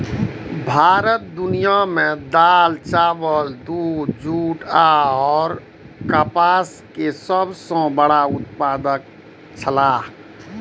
भारत दुनिया में दाल, चावल, दूध, जूट और कपास के सब सॉ बड़ा उत्पादक छला